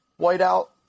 whiteout